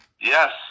Yes